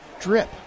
drip